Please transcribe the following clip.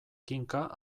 kinka